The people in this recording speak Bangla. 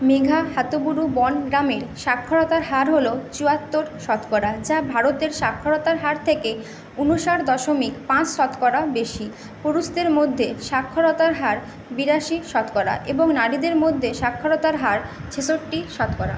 মেঘাহাতুবুরু বন গ্রামের সাক্ষরতার হার হল চুয়াত্তর শতকরা যা ভারতের সাক্ষরতার হার থেকে ঊনষাট দশমিক পাঁচ শতকরা বেশি পুরুষদের মধ্যে সাক্ষরতার হার বিরাশি শতকরা এবং নারীদের মধ্যে সাক্ষরতার হার ছেষট্টি শতকরা